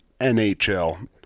NHL